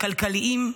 כלכליים,